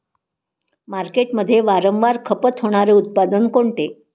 मार्केटमध्ये वारंवार खपत होणारे उत्पादन कोणते?